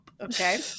okay